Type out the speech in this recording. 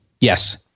Yes